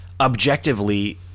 objectively